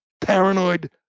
paranoid